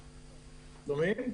החיילים.